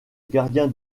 gardien